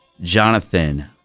Jonathan